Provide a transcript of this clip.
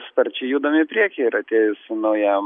sparčiai judam į priekį ir atėjus naujam